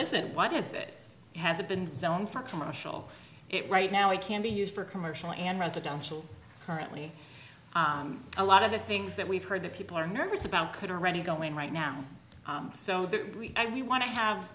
is it what is it has it been zone for commercial it right now it can be used for commercial and residential currently a lot of the things that we've heard that people are nervous about could already going right now so we want to have